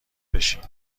بشین